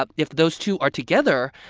ah if those two are together,